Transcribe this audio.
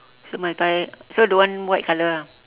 so must buy so don't want white color ah